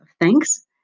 thanks